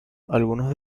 algunos